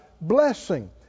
blessing